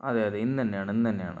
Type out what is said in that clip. അതെ അതെ ഇന്നെന്നെയാണ് ഇന്നെന്നെയാണ്